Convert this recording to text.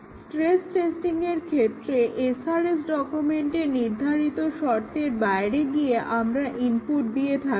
stress টেস্টিংয়ের ক্ষেত্রে SRS ডকুমেন্টে নির্ধারিত শর্তের বাইরে গিয়ে আমরা ইনপুট দিয়ে থাকি